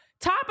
top